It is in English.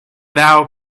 thou